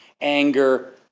anger